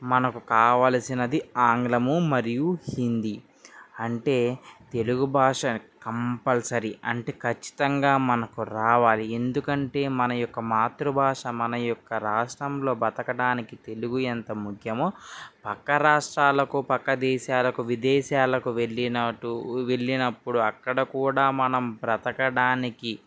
మనకు కావల్సినది ఆంగ్లము మరియు హిందీ అంటే తెలుగు భాష కంపల్సరీ అంటే ఖచ్చితంగా మనకు రావాలి ఎందుకంటే మన యొక్క మాతృ భాష మన యొక్క రాష్ట్రంలో బ్రతకడానికి తెలుగు ఎంత ముఖ్యమో పక్క రాష్ట్రాలకు పక్క దేశాలకు విదేశాలకు వెళ్ళినటు వెళ్ళినప్పుడు అక్కడ కూడా మనం బ్రతకడానికి